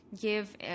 give